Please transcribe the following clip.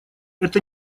это